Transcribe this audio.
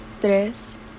tres